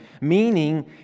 Meaning